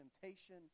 temptation